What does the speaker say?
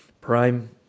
prime